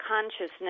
consciousness